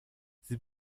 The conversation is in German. sie